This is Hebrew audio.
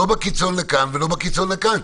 לא בקיצון לכאן ולא בקיצון לכאן.